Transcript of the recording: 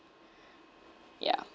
yeah